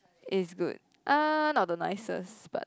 it's good uh not the nicest but